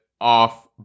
off